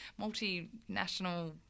multinational